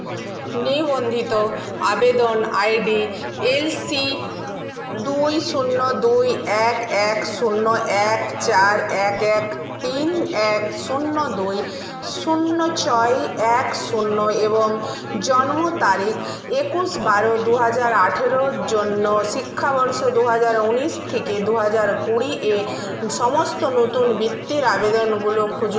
নিবন্ধিত আবেদন I D L C দুই শূন্য দুই এক এক শূন্য এক চার এক এক তিন এক শূন্য দুই শূন্য ছয় এক শূন্য এবং জন্ম তারিখ একুশ বারো দু হাজার আঠেরোর জন্য শিক্ষাবর্ষ দু হাজার উনিশ থেকে দু হাজার কুড়ি এ সমস্ত নতুন বৃত্তির আবেদনগুলো খুঁজু